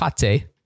Pate